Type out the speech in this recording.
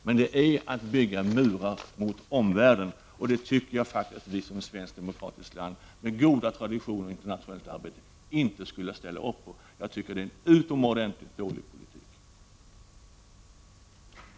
Men det är alltså fråga om att bygga murar mot omvärlden, och det tycker jag att Sverige som demokratiskt land med goda traditioner i internationellt arbete inte skulle ställa upp på — det är utomordentligt dålig politik.